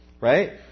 right